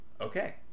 Okay